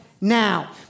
Now